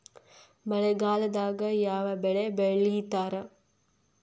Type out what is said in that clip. ಮಳೆಗಾಲದಾಗ ಯಾವ ಬೆಳಿ ಬೆಳಿತಾರ?